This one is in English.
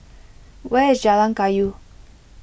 where is Jalan Kayu